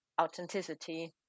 authenticity